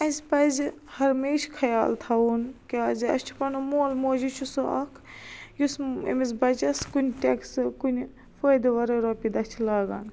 اسہِ پٔزِ ہمیشہ خیال تھاوُن کیازِ اسہِ چھُ پنُن مول موجی چھُ سُہ اکھ یُس امِس بچس کُنۍ ٹیکسہٕ کُنۍ فٲیدٕ وراے روپیہ دہ چھِ لاگان